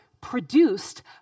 produced